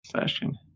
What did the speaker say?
session